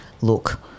look